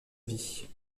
vie